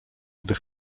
gdy